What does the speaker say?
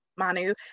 Manu